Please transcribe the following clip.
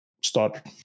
start